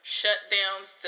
shutdowns